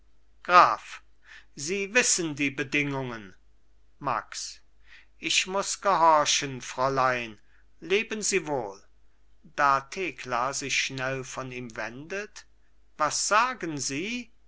graf sie wissen die bedingungen max ich muß gehorchen fräulein leben sie wohl da thekla sich schnell von ihm wendet was sagen sie